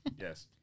Yes